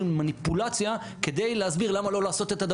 קיימת זהות